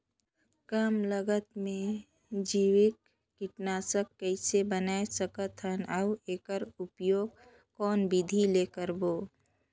कम लागत मे जैविक कीटनाशक कइसे बनाय सकत हन अउ एकर उपयोग कौन विधि ले करबो?